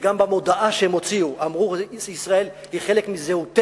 וגם במודעה שהם הוציאו הם אמרו: ישראל היא חלק מזהותנו.